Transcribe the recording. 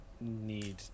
need